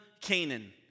Canaan